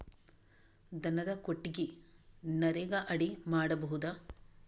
ದನದ ಕೊಟ್ಟಿಗಿ ನರೆಗಾ ಅಡಿ ಮಾಡಬಹುದಾ?